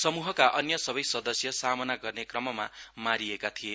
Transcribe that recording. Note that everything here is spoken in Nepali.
समूहका अन्य सबै सदस्य सामना गर्ने क्रममा मारिएका थिए